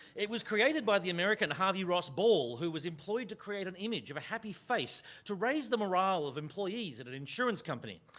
it was created by the american harvey ross ball, who was employed to create an image of a happy face to raise the morale of employees at an insurance company.